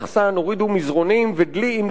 הורידו מזרנים ודלי עם כבול,